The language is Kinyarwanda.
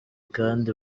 kandi